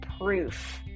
proof